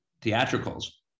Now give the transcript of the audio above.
theatricals